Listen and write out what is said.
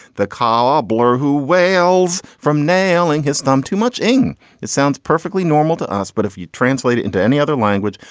the cobbler who wails from nailing his thumb too much in it sounds perfectly normal to us. but if you translate it into any other language,